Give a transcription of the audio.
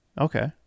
Okay